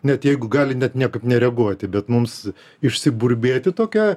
net jeigu gali net niekaip nereaguoti bet mums išsiburbėti tokia